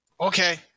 Okay